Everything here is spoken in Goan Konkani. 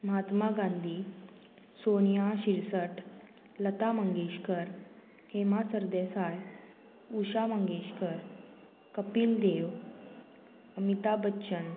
महात्मा गांधी सोनिया शिरसट लता मंगेशकर हेमा सरदेसाय उशा मंगेशकर कपिल देव अमिताभ बच्चन